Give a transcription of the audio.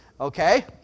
Okay